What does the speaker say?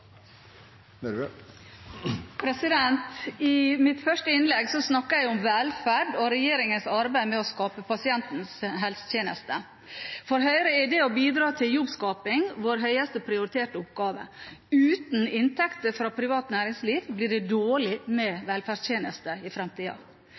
sykehusene. I mitt første innlegg snakket jeg om velferd og regjeringens arbeid med å skape pasientens helsetjeneste. For Høyre er det å bidra til jobbskaping vår høyest prioriterte oppgave. Uten inntekter fra privat næringsliv blir det dårlig med